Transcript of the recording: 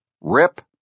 rip